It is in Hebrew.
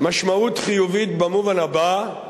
משמעות חיובית במובן הבא: